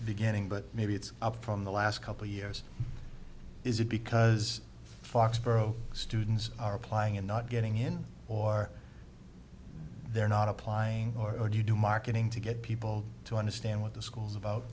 beginning but maybe it's up from the last couple years is it because foxboro students are applying and not getting in or they're not applying or you do marketing to get people to understand what the school's about